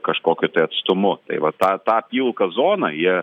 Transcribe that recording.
kažkokiu tai atstumu tai va tą tą pilką zoną jie